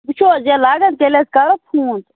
وُچھُو حَظ ییٚلہِ لگن تیٚلہِ حَظ کَرو فون